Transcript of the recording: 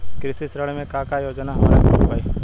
कृषि ऋण मे का का योजना हमरा के मिल पाई?